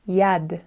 yad